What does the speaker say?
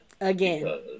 again